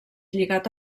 lligat